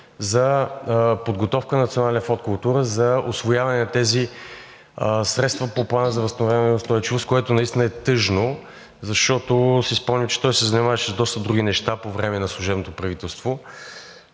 за подготовка на Националния фонд „Култура“ за усвояване на тези средства по Плана за възстановяване и устойчивост, което наистина е тъжно, защото си спомням, че той се занимаваше с доста други неща по време на служебното правителство.